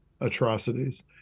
atrocities